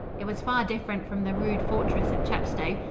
it was far different from the rude fortress at chepstow.